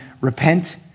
Repent